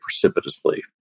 precipitously